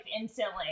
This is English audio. instantly